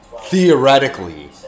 theoretically